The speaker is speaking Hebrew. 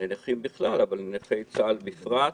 כלפי נכים בכלל ונכי צה"ל בפרט.